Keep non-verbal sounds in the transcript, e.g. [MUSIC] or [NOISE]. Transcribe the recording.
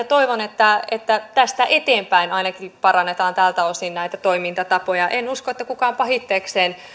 [UNINTELLIGIBLE] toivon että että tästä eteenpäin ainakin parannetaan tältä osin näitä toimintatapoja en usko että kukaan pahitteekseen